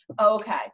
Okay